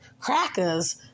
crackers